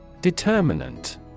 Determinant